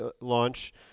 launch